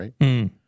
right